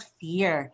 fear